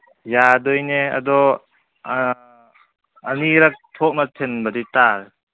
ꯌꯥꯗꯣꯏꯅꯦ ꯑꯗꯣ ꯑꯅꯤꯔꯛ ꯊꯣꯛꯅ ꯊꯤꯟꯕꯗꯤ ꯇꯥꯔꯦ